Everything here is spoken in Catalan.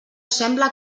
sembla